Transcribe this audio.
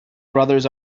brothers